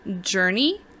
journey